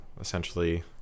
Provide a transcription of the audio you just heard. essentially